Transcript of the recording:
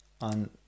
on